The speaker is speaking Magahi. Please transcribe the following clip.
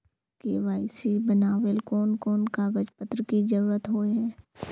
के.वाई.सी बनावेल कोन कोन कागज पत्र की जरूरत होय है?